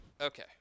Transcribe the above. Okay